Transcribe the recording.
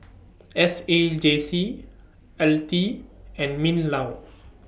S A J C L T and MINLAW